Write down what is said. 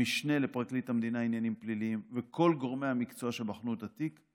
המשנה לפרקליט המדינה לעניינים פליליים וכל גורמי המקצוע שבחנו את התיק,